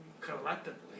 collectively